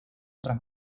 otras